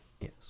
Yes